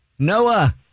Noah